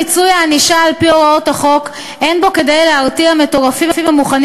מיצוי הענישה על-פי הוראות החוק אין בו כדי להרתיע מטורפים המוכנים